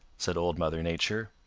said old mother nature.